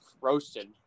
roasted